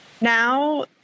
Now